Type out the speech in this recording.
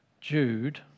Jude